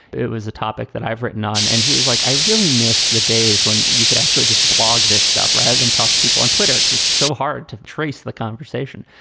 it was a topic that i've written on. and he was like, i really miss the days when you could actually just blog this stuff rather than talk to people on twitter. it's it's so hard to trace the conversation.